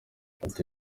ati